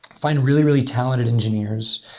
find really, really talented engineers,